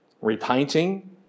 repainting